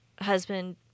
husband